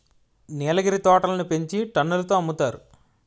నీలగిరి తోటలని పెంచి టన్నుల తో అమ్ముతారు